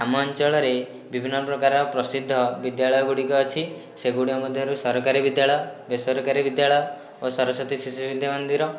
ଆମ ଅଞ୍ଚଳରେ ବିଭିନ୍ନ ପ୍ରକାର ପ୍ରସିଦ୍ଧ ବିଦ୍ୟାଳୟ ଗୁଡ଼ିକ ଅଛି ସେଗୁଡ଼ିକ ମଧ୍ୟରୁ ସରକାରୀ ବିଦ୍ୟାଳୟ ବେସରକାରୀ ବିଦ୍ୟାଳୟ ଓ ସରସ୍ୱତୀ ଶିଶୁ ବିଦ୍ୟାମନ୍ଦିର